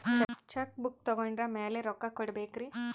Check book ತೊಗೊಂಡ್ರ ಮ್ಯಾಲೆ ರೊಕ್ಕ ಕೊಡಬೇಕರಿ?